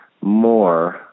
more